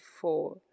four